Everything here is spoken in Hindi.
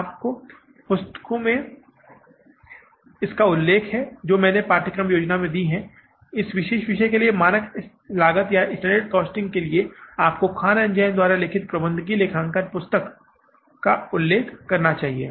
आप उन पुस्तकों का उल्लेख कर सकते हैं जो मैंने पाठ्यक्रम योजना में दी हैं और इस विशेष विषय के लिए मानक लागतस्टैण्डर्ड कॉस्टिंग के लिए आपको खान और जैन द्वारा लिखित प्रबंधकीय लेखांकन की पुस्तक का उल्लेख करना चाहिए